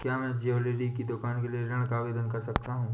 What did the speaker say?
क्या मैं ज्वैलरी की दुकान के लिए ऋण का आवेदन कर सकता हूँ?